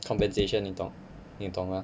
compensation 你懂你懂吗